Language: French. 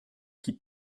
qui